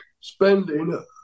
spending